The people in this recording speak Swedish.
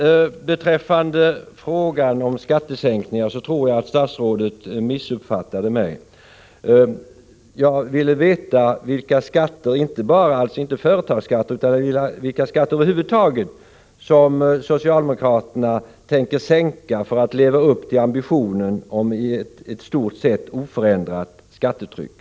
Beträffande frågan om skattesänkningar tror jag statsrådet missuppfattade mig. Jag ville veta vilka skatter — alltså inte bara företagsskatten utan skatter över huvud taget — som socialdemokraterna tänker sänka för att leva upp till ambitionen om ett i stort sett oförändrat skattetryck.